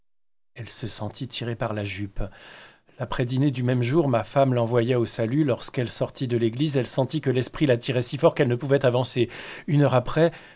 elle se sentit tirer par la juppe l'après dîner du même jour ma femme l'envoya au salut lorsqu'elle sortit de l'église elle sentit que l'esprit la tirait si fort qu'elle ne pouvait avancer une heure après